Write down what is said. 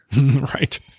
Right